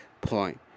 Point